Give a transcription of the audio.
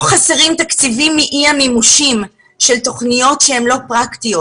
לא חסרים תקציבים מאי המימושים של תוכניות שהן לא פרקטיות.